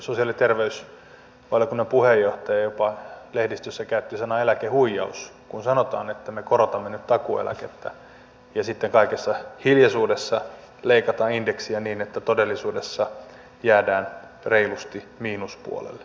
sosiaali ja terveysvaliokunnan puheenjohtaja jopa lehdistössä käytti sanaa eläkehuijaus kun sanotaan että me korotamme nyt takuueläkettä ja sitten kaikessa hiljaisuudessa leikataan indeksiä niin että todellisuudessa jäädään reilusti miinuspuolelle